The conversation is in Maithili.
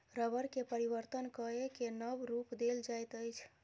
रबड़ के परिवर्तन कय के नब रूप देल जाइत अछि